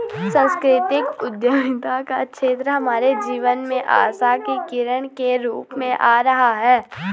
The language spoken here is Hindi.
सांस्कृतिक उद्यमिता का क्षेत्र हमारे जीवन में आशा की किरण के रूप में आ रहा है